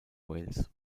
wales